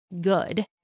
good